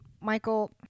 Michael